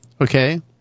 okay